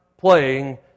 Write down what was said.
playing